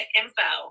info